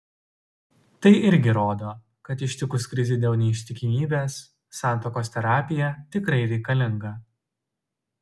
tai irgi rodo kad ištikus krizei dėl neištikimybės santuokos terapija tikrai reikalinga